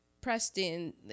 Preston